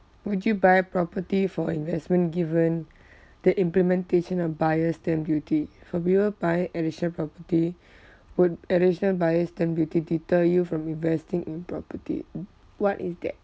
would you buy property for investment given the implementation of buyer's stamp duty for people buying additional property would additional buyer's stamp duty deter you from investing in property what is that